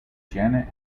janet